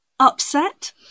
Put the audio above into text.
Upset